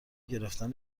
گرفتن